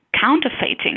Counterfeiting